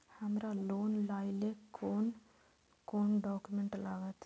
हमरा लोन लाइले कोन कोन डॉक्यूमेंट लागत?